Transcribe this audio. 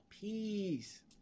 Peace